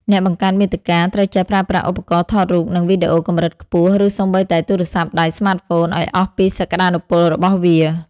អ្នកបង្កើតមាតិកាត្រូវចេះប្រើប្រាស់ឧបករណ៍ថតរូប និងវីដេអូកម្រិតខ្ពស់ ឬសូម្បីតែទូរស័ព្ទដៃស្មាតហ្វូនឱ្យអស់ពីសក្តានុពលរបស់វា។